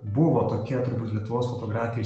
buvo tokia turbūt lietuvos fotografijai